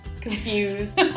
confused